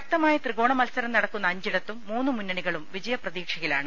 ശക്തമായ ത്രികോണ മത്സരം നടക്കുന്ന അഞ്ചിടത്തും മൂന്ന് മുന്നണികളും വിജയു പ്രതീക്ഷയിലാണ്